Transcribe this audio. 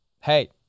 hey